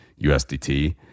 USDT